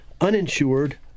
uninsured